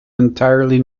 entirely